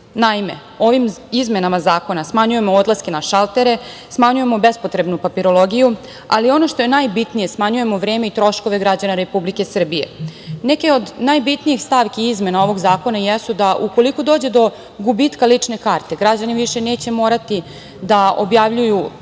Naime, ovim izmenama zakona smanjujemo odlaske na šaltere, smanjujemo bespotrebnu papirologiju, ali ono što je najbitnije smanjujemo vreme i troškove građana Republike Srbije. Neke od najbitnijih stavki izmena ovog zakona jesu da ukoliko dođe do gubitka lične karte, građani više neće morati da objavljuju